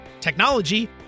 technology